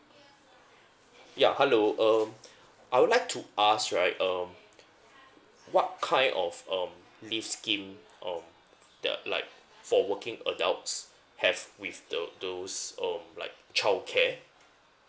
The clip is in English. ya hello um I would like to ask right um what kind of um leave scheme um that like for working adults have with the those um like childcare